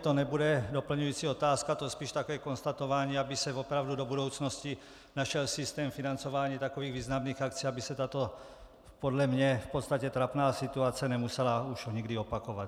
To nebude doplňující otázka, spíš takové konstatování, aby se opravdu do budoucnosti našel systém financování takových významných akcí, aby se tato podle mě v podstatě trapná situace nemusela už nikdy opakovat.